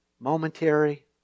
Momentary